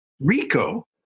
Rico